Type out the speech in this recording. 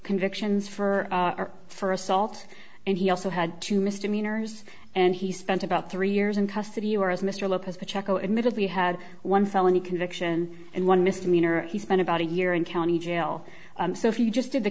convictions for our for assault and he also had two misdemeanors and he spent about three years in custody or as mr lopez but checco admitted we had one felony conviction and one misdemeanor he spent about a year in county jail so he just did the